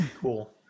cool